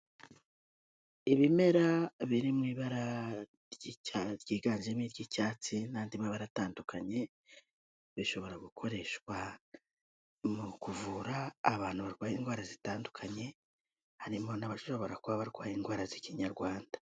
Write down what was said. Ibimera biri mu ibara ryiganjemo iry'icyatsi n'andi mabara atandukanye, bishobora gukoreshwa mu kuvura abantu barwaye indwara zitandukanye harimo n'abashobora kuba barwaye indwara z'ikinyarwanda.